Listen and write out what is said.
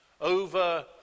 over